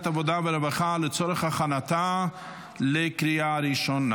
העבודה והרווחה לצורך הכנתה לקריאה ראשונה.